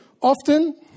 Often